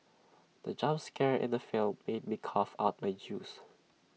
the jump scare in the film made me cough out my juice